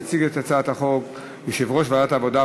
יציג את הצעת החוק יושב-ראש ועדת העבודה,